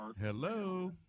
hello